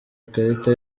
ikarita